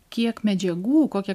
kiek medžiagų kokia